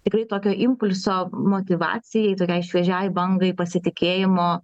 tikrai tokio impulso motyvacijai tokiai šviežiai bangai pasitikėjimo